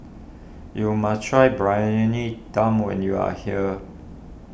you must try Briyani Dum when you are here